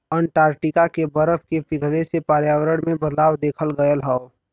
Antarctica के बरफ के पिघले से पर्यावरण में बदलाव देखल गयल हौ